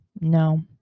No